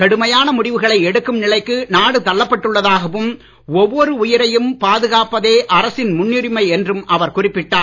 கடுமையான முடிவுகளை எடுக்கும் நிலைக்கு நாடு தள்ளப் பட்டுள்ளதாகவும் ஒவ்வொரு உயிரையும் பாதுகாப்பதே அரசின் முன்னுரிமை என்றும் அவர் குறிப்பிட்டார்